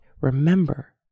remember